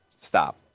stop